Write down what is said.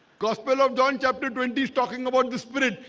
gospel of john chapter twenty is talking about the spirit.